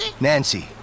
Nancy